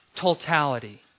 totality